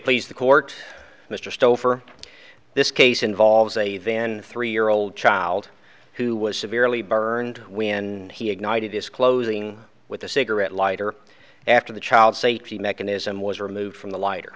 please the court mr stover this case involves a van three year old child who was severely burned when he ignited his closing with a cigarette lighter after the child safety mechanism was removed from the lighter